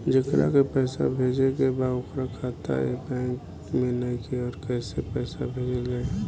जेकरा के पैसा भेजे के बा ओकर खाता ए बैंक मे नईखे और कैसे पैसा भेजल जायी?